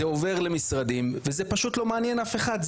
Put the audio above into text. זה עובר למשרדים וזה פשוט לא מעניין אף אחד,